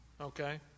okay